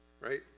right